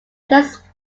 does